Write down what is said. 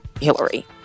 Hillary